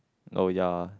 oh ya